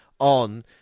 on